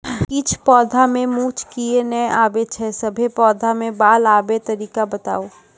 किछ पौधा मे मूँछ किये नै आबै छै, सभे पौधा मे बाल आबे तरीका बताऊ?